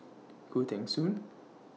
Khoo Teng Soon